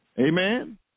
Amen